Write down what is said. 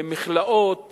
מכלאות